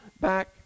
back